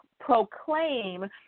proclaim